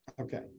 Okay